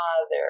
father